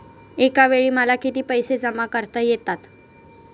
एकावेळी मला किती पैसे जमा करता येतात?